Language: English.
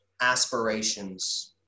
aspirations